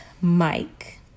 Mike